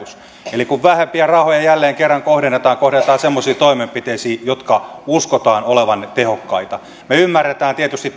eli kun vähempiä rahoja jälleen kerran kohdennetaan kohdennetaan semmoisiin toimenpiteisiin joiden uskotaan olevan tehokkaita me ymmärrämme tietysti